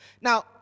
Now